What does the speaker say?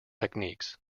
techniques